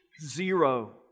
zero